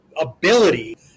ability